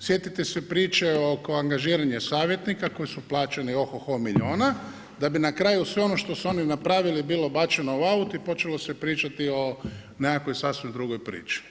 sjetite se priče oko angažiranja savjetnika koji su plaćeni oho-ho milijuna, da bi na kraju sve ono što su oni napravili bilo bačeno u aut i počelo se pričati o nekakvoj sasvim drugoj priči.